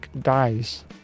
dies